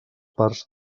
parts